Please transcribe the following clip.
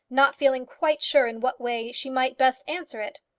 not feeling quite sure in what way she might best answer it.